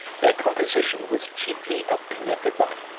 their composition was chiefly of conifervae.